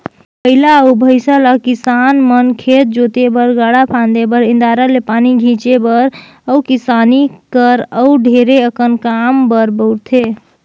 बइला अउ भंइसा ल किसान मन खेत जोते बर, गाड़ा फांदे बर, इन्दारा ले पानी घींचे बर अउ किसानी कर अउ ढेरे अकन काम बर बउरथे